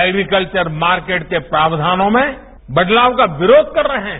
agriculture market के प्रावधानों में बदलाव का विरोध कर रहे हैं